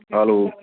hello